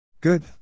Good